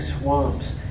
swamps